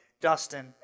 Dustin